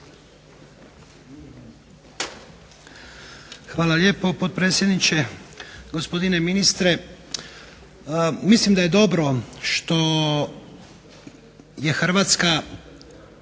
Hvala lijepo potpredsjedniče, gospodine ministre. Mislim da je dobro što je Hrvatska